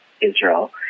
Israel